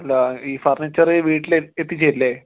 അല്ല ഈ ഫർണിച്ചർ വീട്ടിൽ എത്തിച്ച് തരില്ലേ